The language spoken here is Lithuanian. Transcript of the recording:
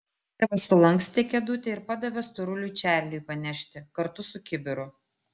tėvas sulankstė kėdutę ir padavė storuliui čarliui panešti kartu su kibiru